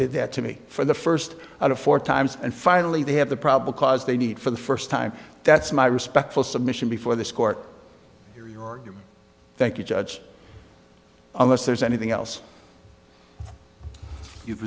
did that to me for the first of four times and finally they have the probable cause they need for the first time that's my respectful submission before this court hearing or thank you judge unless there's anything else you